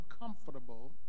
uncomfortable